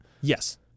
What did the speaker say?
Yes